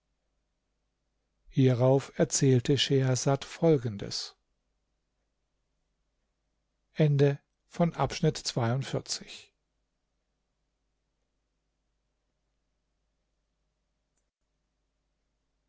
hierauf erzählte schehersad folgendes